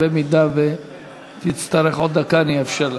אם תצטרך עוד דקה אני אאפשר לך.